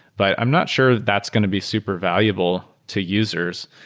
but i'm not sure that's going to be super valuable to users.